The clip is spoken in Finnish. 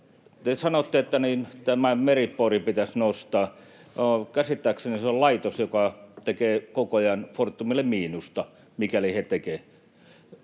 Te sanotte, että Meri-Pori pitäisi nostaa. Käsittääkseni se on laitos, joka tekee koko ajan Fortumille miinusta, mikäli siellä